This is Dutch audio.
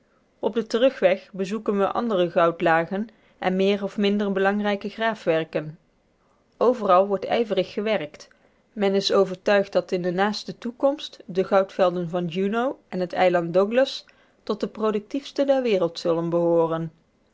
op den terugweg bezoeken we andere goudlagen en meer of minder belangrijke graafwerken overal wordt ijverig gewerkt men is overtuigd dat in de naaste toekomst de goudvelden van juneau en t eiland douglas tot de productiefste der wereld zullen behooren